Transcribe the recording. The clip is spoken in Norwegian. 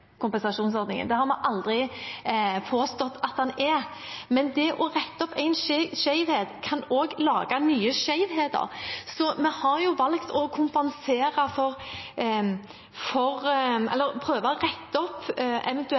Det har vi aldri påstått at den er. Men det å rette opp en skjevhet kan også lage nye skjevheter. Vi har valgt å prøve å rette opp